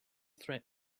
threat